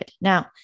Now